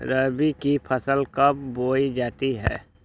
रबी की फसल कब बोई जाती है?